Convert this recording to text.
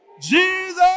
Jesus